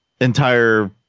entire